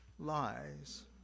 Lies